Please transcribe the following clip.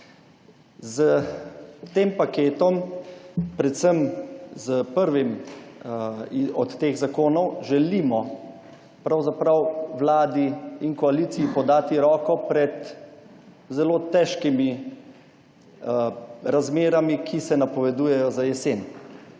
S tem paketom, predvsem s prvim od teh zakonov, želimo pravzaprav vladi in koaliciji podati roko pred zelo težkimi razmerami, ki se napovedujejo za jesen.